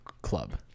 club